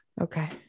Okay